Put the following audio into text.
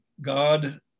God